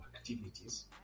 activities